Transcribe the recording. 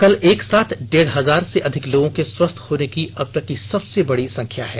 कल एक साथ डेढ़ हजार से अधिक लोगों के स्वस्थ होने की अबतक की सबसे बड़ी संख्या है